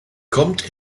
kommt